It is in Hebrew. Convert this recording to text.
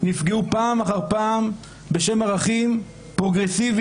נפגעו פעם אחר פעם בשם ערכים פרוגרסיביים